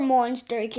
Monster